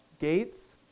gates